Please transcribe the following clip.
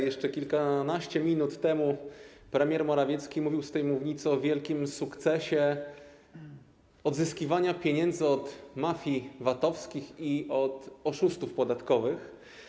Jeszcze kilkanaście minut temu premier Morawiecki mówił z tej mównicy o wielkim sukcesie dotyczącym odzyskiwania pieniędzy od mafii VAT-owskich i od oszustów podatkowych.